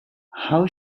how